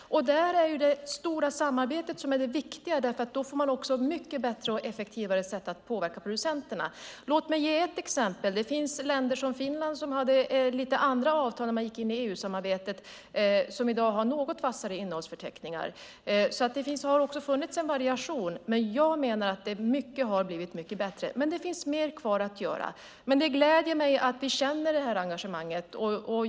Där är det stora samarbetet det viktigaste, för då får man också mycket bättre och effektivare sätt att påverka producenterna. Låt mig ge ett exempel. Det finns länder som till exempel Finland, som hade lite annorlunda avtal när de gick in i EU-samarbetet och som i dag har något vassare innehållsförteckningar. Det har funnits en variation, men jag menar att mycket har blivit mycket bättre. Det finns mer kvar att göra. Men det gläder mig att vi känner detta engagemang.